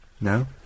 no